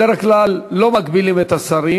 בדרך כלל לא מגבילים את השרים,